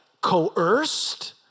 coerced